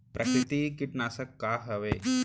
प्राकृतिक कीटनाशक का हवे?